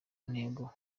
ntego